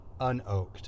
unoaked